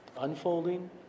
Unfolding